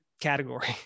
category